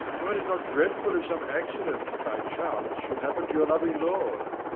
were it not dreadful if some accident by chance should happen to your loving lord?